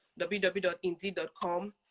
www.indeed.com